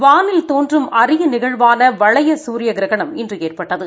வானில் தோன்றும் அரிய நிகழ்வான வளைய சூரியகிரகணம் இன்று ஏற்பட்டது